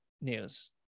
news